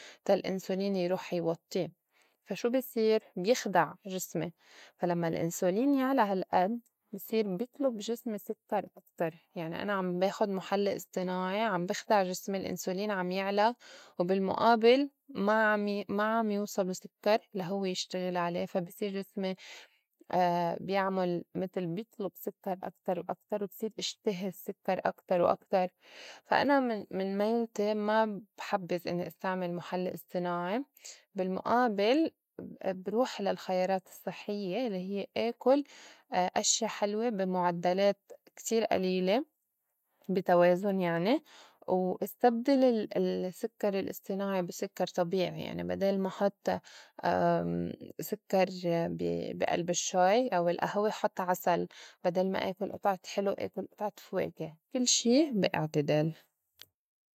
تا الإنسولين يروح يوطّي فا شو بي صير بيخدع جسمي فا لمّا الإنسولين يعلى هالقد بي صير بيطلُب جسمي سكّر أكتر يعني أنا عم باخُد مُحلّي اصطناعي عم بخدع جسمي الإنسولين عم يعلى وبالمُقابل ما- عم- ي- ما عم يوصله سكّر لهوّ يشتغل عليه فا بصير جسمي بيعمُل متل بيطلُب سكّر أكتر وأكتر وبصير اشتهي سكّر أكتر وأكتر. فا أنا من- من ميلتي ما بحبّذ إنّي استعمل مُحلّي اصطناعي، بالمُئابل اب- بروح للخيارات الصحيّة يلّي هيّ آكُل أ- أشيا حلوة بي مُعدّلات كتير قليلة بي توازن يعني واستبدل ال- السكّر الاصطناعي بي سكّر طبيعي يعني بدال ما حط سكّر بي- بي قلب الشّاي أو القهوة حُط عسل، بدل ما آكل قطعة حلو آكل قطعة فواكه كل شي بي اعتدال.